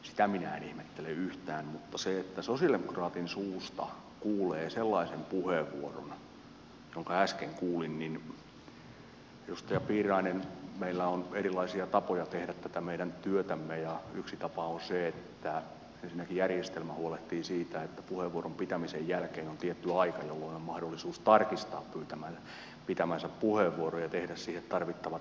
sitä minä en ihmettele yhtään mutta se että sosialidemokraatin suusta kuulee sellaisen puheenvuoron jonka äsken kuulin niin edustaja piirainen meillä on erilaisia tapoja tehdä tätä meidän työtämme ja yksi tapa on se että ensinnäkin järjestelmä huolehtii siitä että puheenvuoron pitämisen jälkeen on tietty aika jolloin on mahdollisuus tarkistaa pitämänsä puheenvuoro ja tehdä siihen tarvittavat muutokset